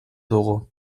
dugu